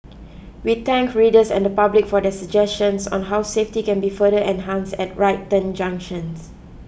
we thank readers and the public for their suggestions on how safety can be further enhance at right turn junctions